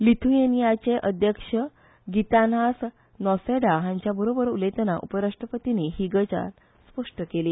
लिथुयेनियाचे अध्यक्ष गितानास गाँसेडा हांच्या बरोबर उलयताना उपराष्ट्रपतीनी ही गजाल स्पश्ट केली